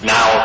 Now